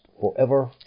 forever